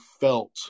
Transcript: felt